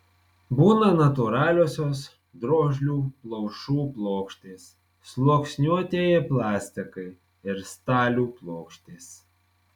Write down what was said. būna natūraliosios drožlių plaušų plokštės sluoksniuotieji plastikai ir stalių plokštės